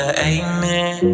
amen